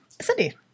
cindy